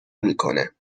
میکنه